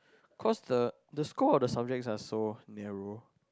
cause the the school of the subjects are so narrow